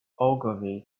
ogilvy